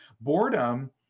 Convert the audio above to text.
Boredom